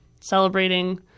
celebrating